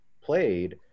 played